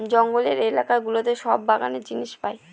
জঙ্গলের এলাকা গুলোতে সব বাগানের জিনিস পাই